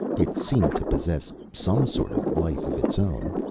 it seemed to possess some sort of life of its own.